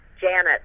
janet